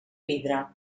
vidre